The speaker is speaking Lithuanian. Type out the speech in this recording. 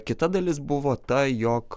kita dalis buvo ta jog